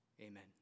amen